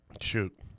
Shoot